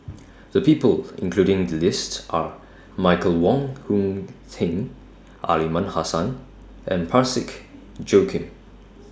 The People included in The list Are Michael Wong Hong Teng Aliman Hassan and Parsick Joaquim